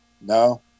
no